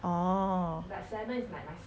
orh